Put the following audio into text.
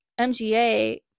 MGA